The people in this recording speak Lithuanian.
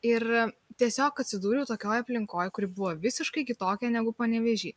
ir tiesiog atsidūriau tokioj aplinkoj kuri buvo visiškai kitokia negu panevėžy